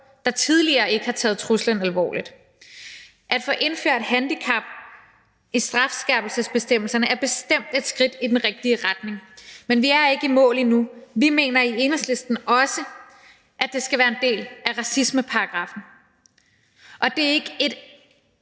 der tidligere ikke har taget truslen alvorligt. At få indført handicap i strafskærpelsesbestemmelserne er bestemt et skridt i den rigtige retning, men vi er ikke i mål endnu. Vi mener i Enhedslisten også, at det skal være en del af racismeparagraffen. Og det er ikke en